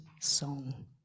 song